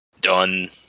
done